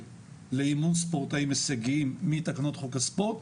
לאימון ספורטאים הישגיים מתקנות חוק הספורט,